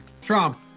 Trump